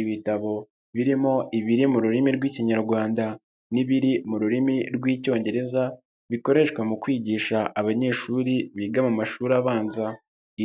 Ibitabo birimo ibiri mu rurimi rw'ikinyarwanda n'ibiri mu rurimi rw'icyongereza bikoreshwa mu kwigisha abanyeshuri biga mu mashuri abanza,